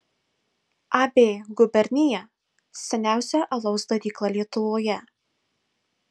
ab gubernija seniausia alaus darykla lietuvoje